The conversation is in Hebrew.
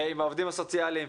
עם העובדים הסוציאליים,